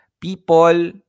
People